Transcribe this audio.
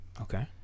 Okay